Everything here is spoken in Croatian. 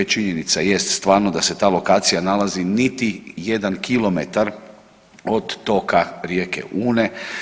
Činjenica jest stvarno da se ta lokacija nalazi niti jedan kilometar od toka rijeke Une.